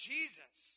Jesus